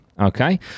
okay